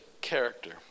character